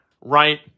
right